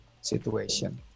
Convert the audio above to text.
situation